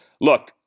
Look